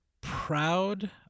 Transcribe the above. proud